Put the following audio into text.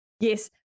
Yes